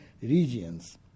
regions